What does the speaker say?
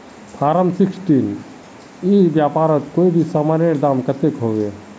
Form sixteen ई व्यापारोत कोई भी सामानेर दाम कतेक होबे?